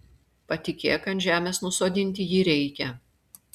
patikėk ant žemės nusodinti jį reikia